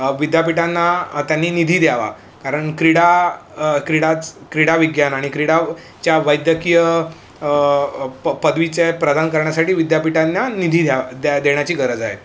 विद्यापीठांना त्यांनी निधी द्यावा कारण क्रीडा क्रीडेचं क्रीडाविज्ञान आणि क्रीडाच्या वैद्यकीय पदवीचे प्रदान करण्यासाठी विद्यापीठांना निधी द्या द्या देण्याची गरज आहे